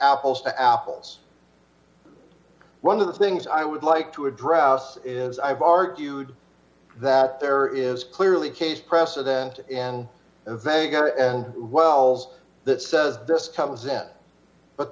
apples to apples one of the things i would like to address is i've argued that there is clearly case precedent and veg and wells that says this comes then but